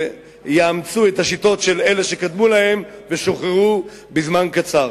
שיאמצו את השיטות של אלה שקדמו להם ושוחררו כעבור זמן קצר.